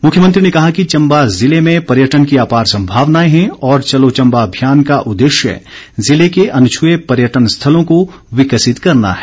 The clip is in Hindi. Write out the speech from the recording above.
मुख्यमंत्री ने कहा कि चम्बा जिले में पर्यटन की अपार सम्भावनाएं हैं और चलो चम्बा अभियान का उद्देश्य जिले के अनछुए पर्यटन स्थलों को विकसित करना है